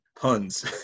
puns